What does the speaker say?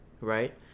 right